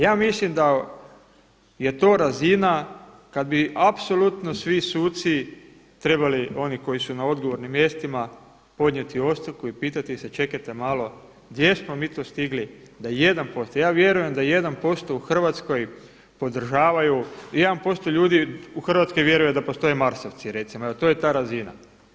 Ja mislim da je to razina kada bi apsolutno svi suci trebali oni koji su na odgovornim mjestima podnijeti ostavku i pitati se, čekajte malo gdje smo mi to stigli da 1%, ja vjerujem da 1% u Hrvatskoj podržavaju 1% ljudi u Hrvatskoj vjeruje da postoje marsovci recimo, to je ta razina.